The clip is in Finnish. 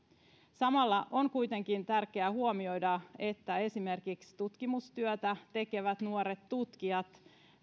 samalla on kuitenkin tärkeää huomioida että esimerkiksi tutkimustyötä tekevien nuorten tutkijoiden